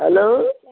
hello